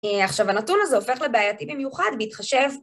עכשיו הנתון הזה הופך לבעייתי במיוחד, בהתחשב.